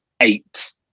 eight